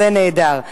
זה נהדר.